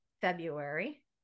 February